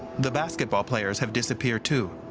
the basketball players have disappeared, too.